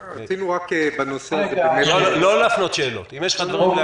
לא להפנות שאלות אלא אם יש לך דברים להגיד.